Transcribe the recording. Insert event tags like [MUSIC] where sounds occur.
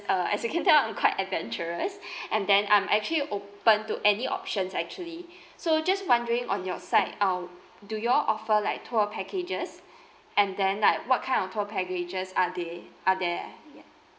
err it can tell I'm quite adventurous [BREATH] and then I'm actually open to any options actually so just wandering on your side uh do you all offer like tour packages and then like what kind of packages are they are there